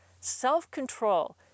self-control